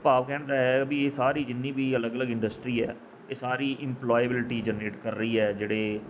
ਭਾਵ ਕਹਿਣ ਦਾ ਇਹ ਹੈ ਵੀ ਸਾਰੀ ਜਿੰਨੀ ਵੀ ਅਲੱਗ ਅਲੱਗ ਇੰਡਸਟਰੀ ਹੈ ਇਹ ਸਾਰੀ ਇੰਪਲੋਏਬਿਲਟੀ ਜਨਰੇਟ ਕਰ ਰਹੀ ਹੈ ਜਿਹੜੇ